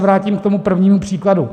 Vrátím se k tomu prvnímu příkladu.